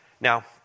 Now